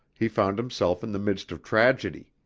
he found himself in the midst of tragedy.